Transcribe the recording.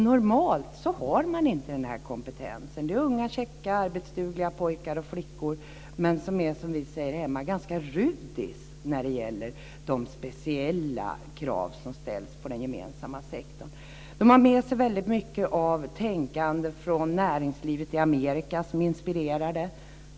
Normalt har man inte den här kompetensen. Det är unga, käcka, arbetsdugliga pojkar och flickor som dock, som vi säger hemma, är ganska rudis när det gäller de speciella krav som ställs på den gemensamma sektorn. De har med sig väldigt mycket av ett tänkande från näringslivet i Amerika som inspirerar dem.